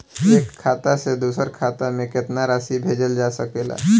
एक खाता से दूसर खाता में केतना राशि भेजल जा सके ला?